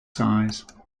size